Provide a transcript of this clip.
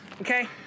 okay